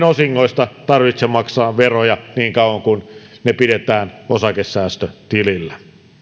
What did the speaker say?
osingoista tarvitse maksaa veroja niin kauan kun ne pidetään osakesäästötilillä